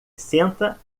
senta